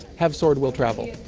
have sword, will travel.